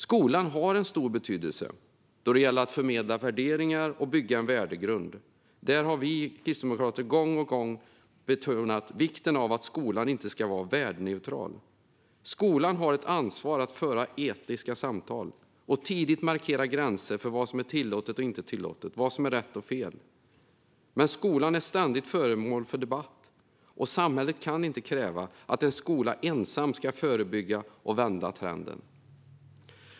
Skolan har stor betydelse då det gäller att förmedla värderingar och bygga en värdegrund. Där har vi kristdemokrater gång på gång betonat att skolan inte ska vara värdeneutral. Skolan har ett ansvar att föra etiska samtal och tidigt markera gränser för vad som är tillåtet och inte tillåtet och vad som är rätt och fel. Men skolan är ständigt föremål för debatt, och samhället kan inte kräva att en skola ensam ska förebygga och vända trenden.